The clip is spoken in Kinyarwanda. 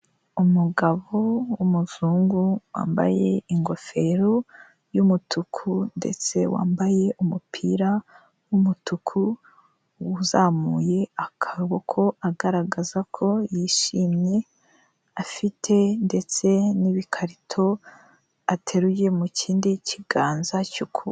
Umugabo w'umuzungu wambaye ingofero y'umutuku ndetse wambaye umupira w'umutuku uzamuye akaboko agaragaza ko yishimye, afite ndetse n'ibikarito ateruye mu kindi kiganza cy'uku...